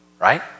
right